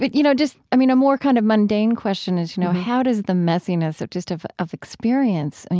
but you know, just i mean, a more kind of mundane question is, you know, how does the messiness of just of of experience, and